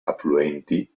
affluenti